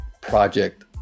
project